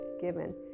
given